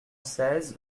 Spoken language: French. seize